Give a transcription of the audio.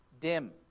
dim